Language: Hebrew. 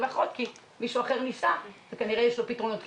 ואחרות כי מישהו אחר ניסה וכנראה יש לו פתרונות,